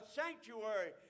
sanctuary